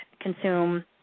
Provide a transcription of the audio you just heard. consume